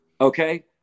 Okay